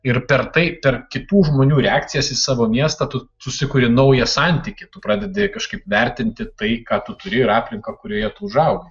ir per tai per kitų žmonių reakcijas į savo miestą tu susikuri naują santykį tu pradedi kažkaip vertinti tai ką tu turi ir aplinką kurioje tu užaugai